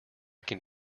can